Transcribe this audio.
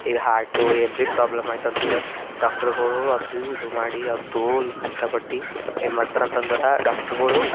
ಈಗ ಹಾರ್ಟು ಏನು ಭೀ ಪ್ರಾಬ್ಲಮ್ ಆಯಿತು ಅಂತಂದರೆ ಡಾಕ್ಟರ್ಗಳು ಅವ್ರದ್ದು ಇದು ಮಾಡಿ ಅವ್ರು ತೋಲ್ ಕಷ್ಟಪಟ್ಟು ಏನು ಮಾಡ್ತಾರೆ ಅಂತಂದರೆ ಡಾಕ್ಟ್ರ್ಗಳು